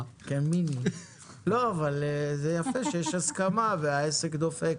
יפה שיש הסכמה והעסק דופק.